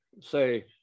say